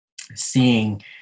seeing